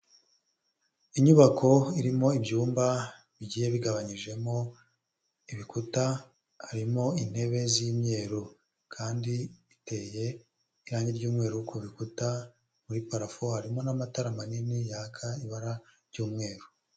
Inyubako irimo ibyumba bigiye bigabanyijemo ibikuta, harimo intebe z'imyeru, kandi biteye irangi ry'umweru ku bikuta, muri parafu harimo n'amatara manini yaka ibara ry'umweru.